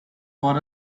far